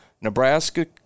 Nebraska